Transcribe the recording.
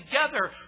together